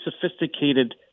sophisticated